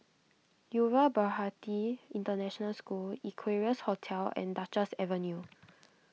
Yuva Bharati International School Equarius Hotel and Duchess Avenue